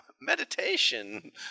meditation